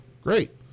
great